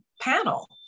panel